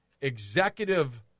executive